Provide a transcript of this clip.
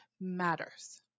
matters